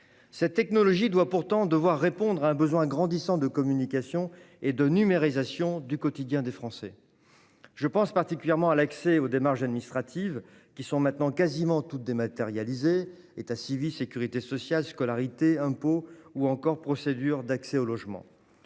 Cette technologie doit pourtant répondre à un besoin grandissant de communication et de numérisation du quotidien des Français. Je pense particulièrement à l'accès aux démarches administratives, qui sont désormais quasiment toutes dématérialisées, que ce soit en matière d'état civil, de sécurité sociale, de scolarité, d'impôts ou encore d'accès au logement.